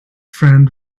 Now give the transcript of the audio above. friend